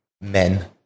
men